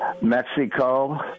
Mexico